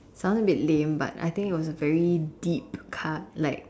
it sounded a bit lame but I think it was a very deep card like